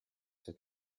sei